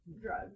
drugs